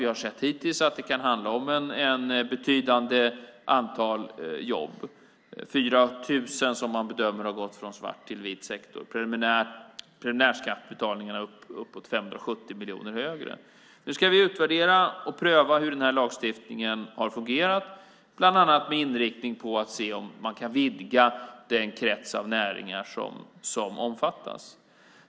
Vi har hittills sett att det kan handla om ett betydande antal jobb - 4 000 - som man bedömer har gått från svart till vit sektor. Preliminärskattebetalningarna är upp mot 570 miljoner högre. Vi ska utvärdera och pröva hur lagstiftningen har fungerat bland annat med inriktning på att se om man kan vidga den krets av näringar som omfattas.